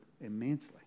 immensely